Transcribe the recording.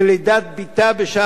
בשעה טובה ומוצלחת,